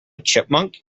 chipmunk